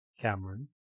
Cameron